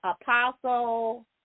Apostle